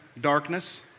darkness